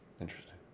interesting